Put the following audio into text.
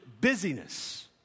busyness